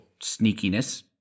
Sneakiness